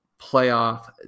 playoff